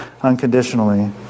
unconditionally